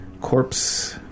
corpse